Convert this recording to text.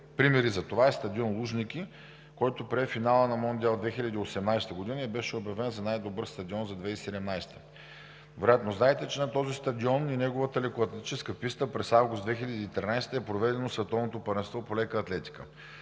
примери за това е стадион „Лужники“, който прие финала на Мондиал 2018 г. и беше обявен за най-добър стадион за 2017. Вероятно знаете, че на този стадион и неговата лекоатлетическа писта през август 2013 г. е проведено Световното първенство по лека атлетика.